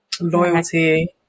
Loyalty